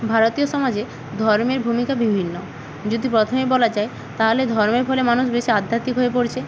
ভারতীয় সমাজে ধর্মের ভূমিকা বিভিন্ন যদি প্রথমেই বলা যায় তাহলে ধর্মের ফলে মানুষ বেশি আধ্যাত্মিক হয়ে পড়ছে